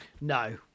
No